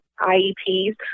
IEPs